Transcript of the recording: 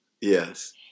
yes